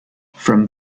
from